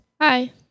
Hi